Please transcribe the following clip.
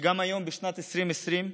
שגם היום, בשנת 2020,